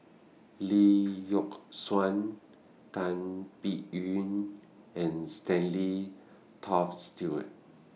Lee Yock Suan Tan Biyun and Stanley Toft Stewart